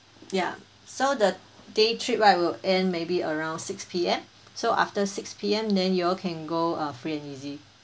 ya so the day trip right will end maybe around six P_M so after six P_M then you all can go uh free and easy